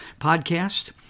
podcast